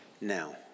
now